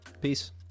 Peace